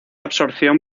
absorción